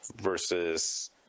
versus